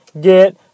get